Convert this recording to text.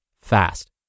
fast